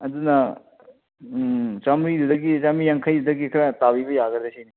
ꯑꯗꯨꯅ ꯎꯝ ꯆꯥꯃꯔꯤꯗꯨꯗꯒꯤ ꯆꯥꯝꯃꯔꯤ ꯌꯥꯡꯈꯩꯗꯨꯗꯒꯤ ꯈꯔ ꯇꯥꯕꯤꯕ ꯌꯥꯒꯗ꯭ꯔꯥ ꯁꯤꯅꯤ